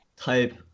type